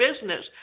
business